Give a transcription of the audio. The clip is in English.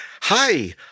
Hi